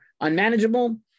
unmanageable